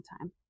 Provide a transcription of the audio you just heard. time